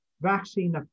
vaccine